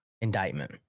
indictment